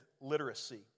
literacy